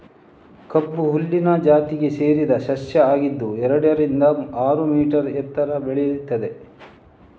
ಕಬ್ಬು ಹುಲ್ಲಿನ ಜಾತಿಗೆ ಸೇರಿದ ಸಸ್ಯ ಆಗಿದ್ದು ಎರಡರಿಂದ ಆರು ಮೀಟರ್ ಎತ್ತರ ಬೆಳೀತದೆ